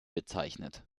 bezeichnet